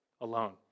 alone